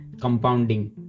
compounding